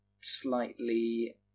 slightly